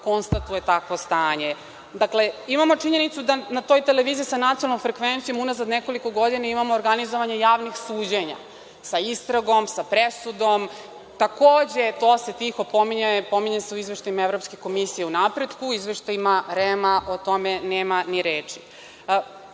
konstatuje takvo stanje. Dakle, imamo činjenicu da na toj televiziji sa nacionalnom frekvencijom unazad nekoliko godina imamo organizovanje javnih suđenja, sa istragom, sa presudom. Takođe, to se tiho ne pominje. Pominje se u izveštajima Evropske komisije, u izveštajima REM o tome nema ni reči. Kome